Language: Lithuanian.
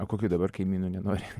o kokių dabar kaimynų nenori